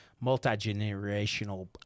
multi-generational